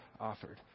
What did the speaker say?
offered